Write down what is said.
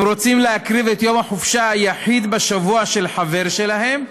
הם רוצים להקריב את יום החופשה היחיד בשבוע של החבר שלהם,